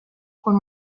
con